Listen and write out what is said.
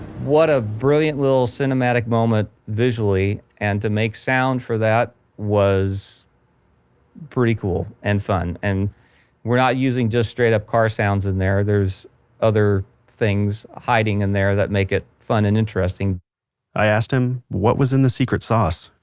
what a brilliant little cinematic moment visually, and to make sound for that was pretty cool and fun. and we're not using just straight up car sounds in there, there's other things hiding in there that make it fun and interesting i asked him, what was in the secret sauce?